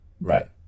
Right